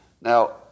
Now